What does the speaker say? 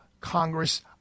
Congress